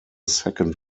second